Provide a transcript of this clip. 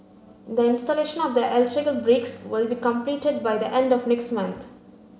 the installation of the electrical breaks will be completed by the end of next month